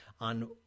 on